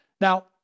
Now